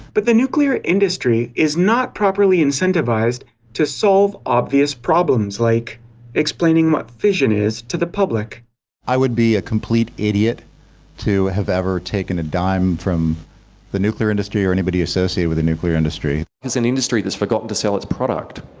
but the nuclear industry is not properly incentivised to solve obvious problems like explaining what fission is to the public i would be a complete idiot to have ever taken a dime from the nuclear industry or anyone associated with the nuclear industry. it's an industry that's forgotten to sell its product.